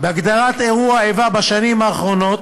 בהגדרת אירוע איבה בשנים האחרונות